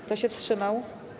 Kto się wstrzymał?